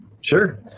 sure